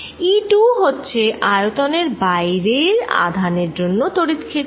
E2 হচ্ছে আয়তনের বাইরের আধানের জন্য তড়িৎ ক্ষেত্র